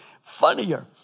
funnier